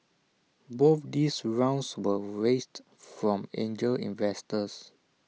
both these rounds were raised from angel investors